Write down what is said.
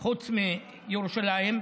חוץ מירושלים,